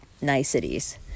niceties